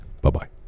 Bye-bye